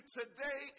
today